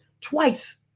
twice